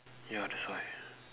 ya that's why